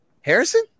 Harrison